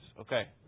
Okay